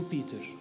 Peter